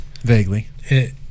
Vaguely